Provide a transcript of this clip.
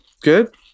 good